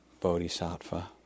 bodhisattva